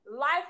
life